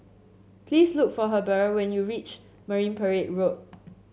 please look for Heber when you reach Marine Parade Road